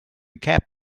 cab